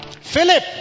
Philip